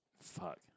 Fuck